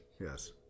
Yes